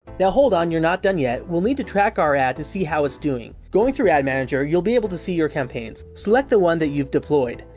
now, hold on, you're not done yet. we'll need to track our ad to see how it's doing. going through ad manager, you'll be able to see your campaigns. select the one that you've deployed.